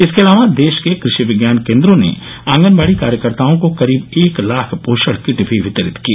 इसके अलावा देश के कृषि विज्ञान केन्द्रों ने आंगनवाड़ी कार्यकर्ताओं को करीब एक लाख पोषण किट भी वितरित किए